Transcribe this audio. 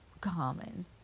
common